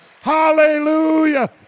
Hallelujah